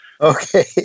Okay